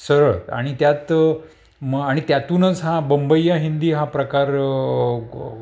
सरळ आणि त्यात म आणि त्यातूनच हा बंबई हिंदी हा प्रकार